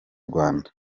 rwanda